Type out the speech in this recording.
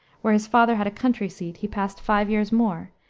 where his father had a country seat, he passed five years more,